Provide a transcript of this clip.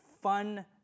fun